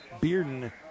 bearden